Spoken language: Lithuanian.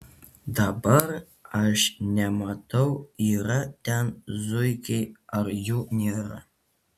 dabar aš nematau yra ten zuikiai ar jų nėra